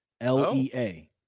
L-E-A